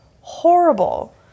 horrible